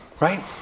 Right